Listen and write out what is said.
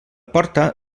porta